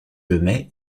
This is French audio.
lemay